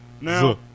now